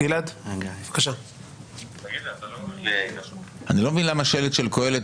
אני מתייחס לזה כאל סוגיה תיאורטית.